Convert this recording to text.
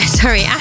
sorry